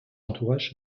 entourage